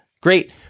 Great